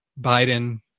Biden